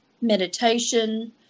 meditation